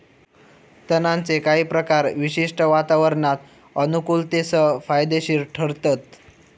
तणांचे काही प्रकार विशिष्ट वातावरणात अनुकुलतेसह फायदेशिर ठरतत